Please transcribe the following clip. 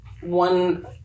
one